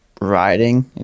riding